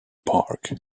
park